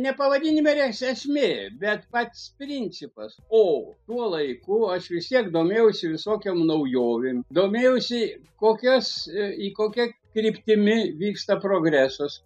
ne pavadinimo es esmė bet pats principas o tuo laiku aš vis tiek domėjausi visokiom naujovėm domėjausi kokios e į kokia kryptimi vyksta progresas